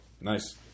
Nice